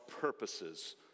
purposes